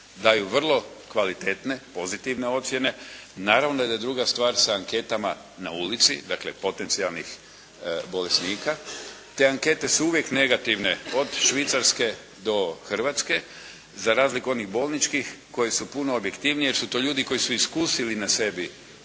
daju vrlo kvalitetne, pozitivne ocjene, druga stvar je sa anketama na ulici, dakle potencijalnih bolesnika, te ankete su uvijek negativne od Švicarske do Hrvatske, za razliku od onih bolničkih koje su daleko objektivnije jer su to ljudi koji su iskusili na sebi